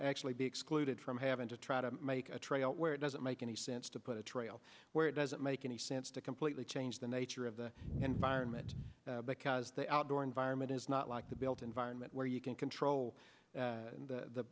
actually be you did from having to try to make a trail where it doesn't make any sense to put a trail where it doesn't make any sense to completely change the nature of the environment because the outdoor environment is not like the built environment where you can control